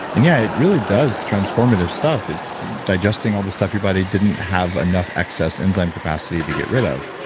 and yeah, it really does transformative stuff, it's digesting all this stuff your body didn't have enough excess enzyme capacity to get rid of.